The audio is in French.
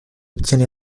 obtient